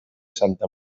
santa